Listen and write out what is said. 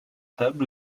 table